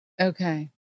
Okay